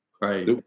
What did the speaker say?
Right